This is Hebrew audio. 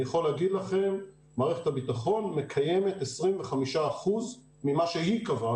אני יכול להגיד לכם שמערכת הביטחון מקיימת 25% ממה שהיא קבעה.